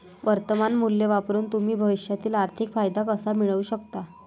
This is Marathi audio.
वर्तमान मूल्य वापरून तुम्ही भविष्यातील आर्थिक फायदा कसा मिळवू शकता?